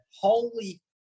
holy